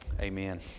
amen